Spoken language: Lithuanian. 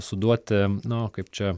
suduoti nu kaip čia